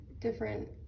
different